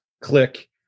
click